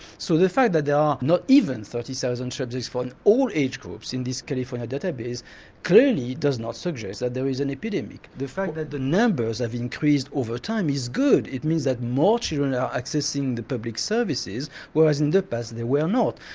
so the fact that there are not even thirty thousand subjects for all age groups in this california data base clearly does not suggest that there is an epidemic. the fact that the numbers have increased over time is good, it means that more children are accessing the public services whereas in the past they were not.